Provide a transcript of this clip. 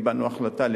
קיבלנו החלטה,